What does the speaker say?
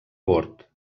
bord